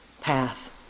path